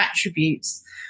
attributes